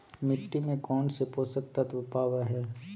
मिट्टी में कौन से पोषक तत्व पावय हैय?